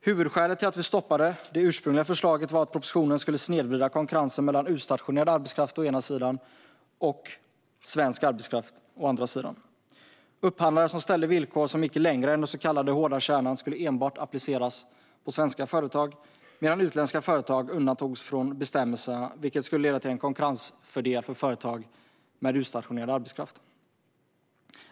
Huvudskälet till att vi stoppade det ursprungliga förslaget var att propositionen skulle snedvrida konkurrensen mellan utstationerad arbetskraft å ena sidan och svensk arbetskraft å andra sidan. Upphandlare som ställde villkor som gick längre än den så kallade hårda kärnan skulle enbart appliceras på svenska företag medan utländska företag undantogs från bestämmelserna, vilket skulle leda till en konkurrensfördel för företag med utstationerad arbetskraft.